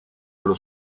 allo